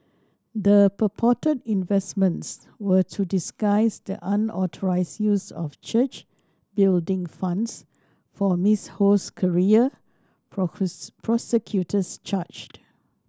the purported investments were to disguise the unauthorized use of church building funds for Miss Ho's career prosecutors charge